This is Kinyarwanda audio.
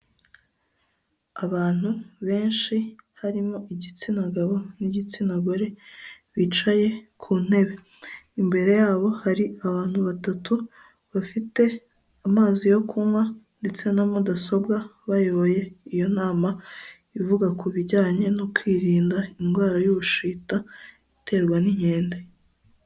Abantu benshi harimo igitsina gabo n'igitsina gore bicaye ku ntebe imbere yabo hari abantu batatu bafite amazi yo kunywa ndetse na mudasobwa bayoboye iyo nama ivuga ku bijyanye no kwirinda indwara y'ubushita iterwa n'inkende.